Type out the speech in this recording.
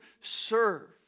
serve